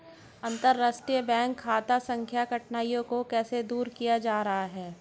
अंतर्राष्ट्रीय बैंक खाता संख्या की कठिनाइयों को कैसे दूर किया जा रहा है?